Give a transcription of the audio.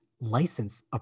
license